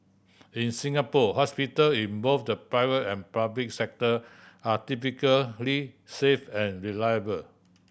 in Singapore hospital in both the private and public sector are typically safe and reliable